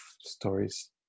stories